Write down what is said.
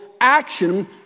action